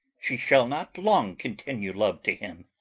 she shall not long continue love to him.